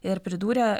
ir pridūrė